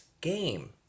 game